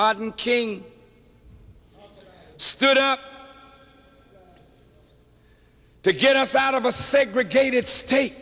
martin king stood up to get us out of a segregated sta